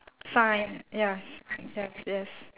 sign ya s~ yes yes